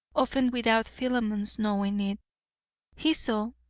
often without philemon's knowing it he saw,